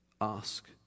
Ask